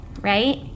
right